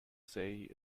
say